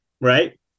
right